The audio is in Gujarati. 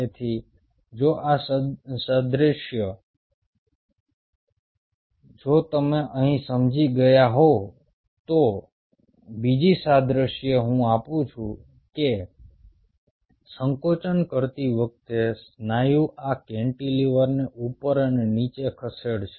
તેથી જો આ સાદ્રશ્ય જો તમે અહીં સમજી ગયા હોવ તો બીજી સાદ્રશ્ય હું આપું છું કે સંકોચન કરતી વખતે સ્નાયુ આ કેન્ટિલીવરને ઉપર અને નીચે ખસેડશે